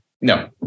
no